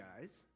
guys